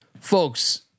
folks